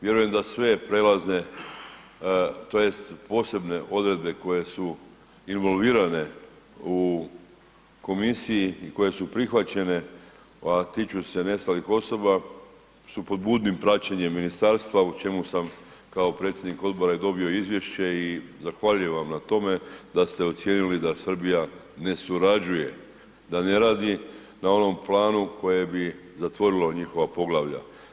Vjerujem da sve prelazne tj. posebne odredbe koje su involvirane u komisiji i koje su prihvaćene, a tiču se nestalih osoba su pod budnim praćenjem ministarstva o čemu kao predsjednik odbora i dobio izvješće i zahvaljivam na tome da ste ocijenili da Srbija ne surađuje, da ne radi na onom planu koje bi zatvorilo njihova poglavlja.